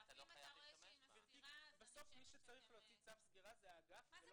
אם אתה חושב שהיא מסתירה --- אז אני חושבת --- גבירתי,